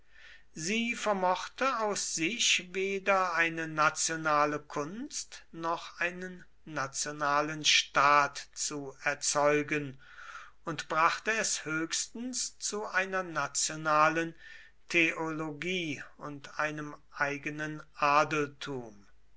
sie vermochte aus sich weder eine nationale kunst noch einen nationalen staat zu erzeugen und brachte es höchstens zu einer nationalen theologie und einem eigenen adeltum